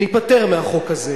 שניפטר מהחוק הזה.